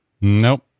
Nope